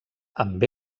amb